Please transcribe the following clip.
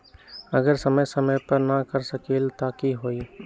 अगर समय समय पर न कर सकील त कि हुई?